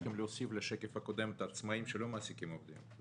אנחנו צריכים להוסיף לשקף הקודם את העצמאים שלא מעסיקים עובדים.